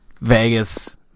Vegas